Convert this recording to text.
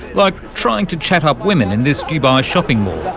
like trying to chat up women in this dubai shopping mall.